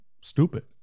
stupid